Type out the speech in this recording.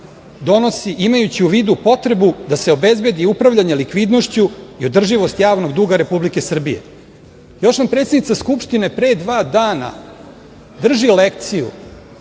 donosi imajući u vidu potrebu da se obezbedi upravljanje likvidnošću i održivosti javnog duga Republike Srbije. Još nam predsednica Skupštine pre dva dana drži lekciju